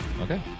Okay